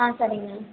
ஆ சரிங்க